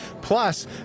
Plus